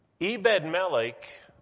Ebed-Melech